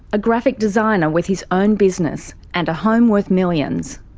a graphic designer with his own business and a home worth millions.